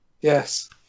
Yes